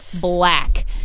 black